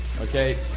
Okay